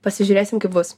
pasižiūrėsim kaip bus